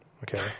okay